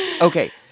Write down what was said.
Okay